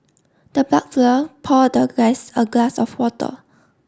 the butler poured the guest a glass of water